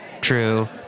true